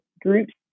groups